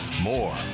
more